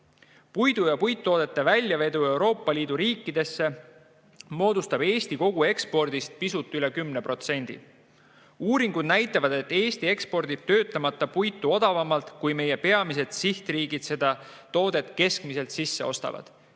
ja puittoodete väljavedu Euroopa Liidu riikidesse moodustab Eesti koguekspordist pisut üle 10%. Uuringud näitavad, et Eesti ekspordib töötlemata puitu odavamalt, kui meie peamised sihtriigid seda toodet keskmiselt sisse ostavad.